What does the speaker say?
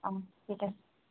অ' ঠিক আছে